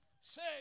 Say